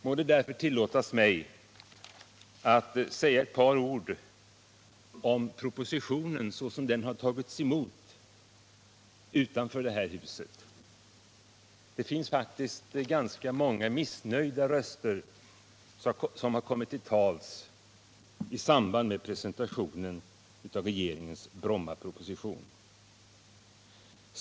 Må det tillåtas mig att säga ett par ord om propositionen så som den har tagits emot utanför det här huset. Det är faktiskt ganska många missnöjda röster som har kommit till tals i samband med presentationen av regeringens Brommaproposition.